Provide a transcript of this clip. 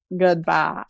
goodbye